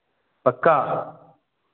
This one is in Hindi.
पक्का